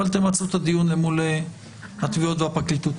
אבל תמצו את הדיון אל מול התביעות והפרקליטות.